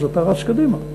אז אתה רץ קדימה,